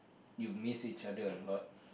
you miss each other a lot